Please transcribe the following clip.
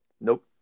Nope